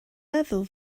meddwl